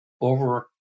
over